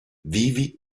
vivi